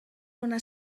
bona